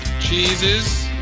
cheeses